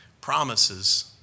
promises